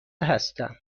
هستم